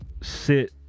sit